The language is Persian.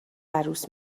عروس